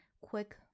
quick